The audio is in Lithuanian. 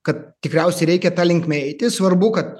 kad tikriausiai reikia ta linkme eiti svarbu kad